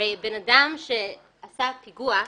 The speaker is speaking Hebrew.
אם בן אדם עשה פיגוע,